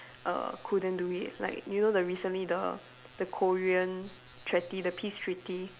err couldn't do it like you know the recently the the Korean treaty the peace treaty